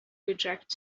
reject